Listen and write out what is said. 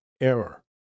error